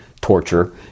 torture